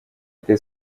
этой